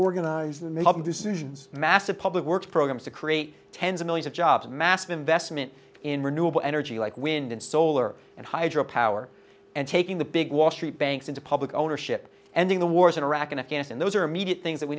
organized decisions massive public works programs to create tens of millions of jobs and massive investment in renewable energy like wind and solar and hydro power and taking the big wall street banks into public ownership ending the wars in iraq and afghanistan those are immediate things that we